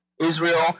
Israel